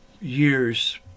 years